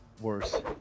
worse